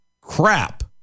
crap